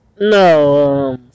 No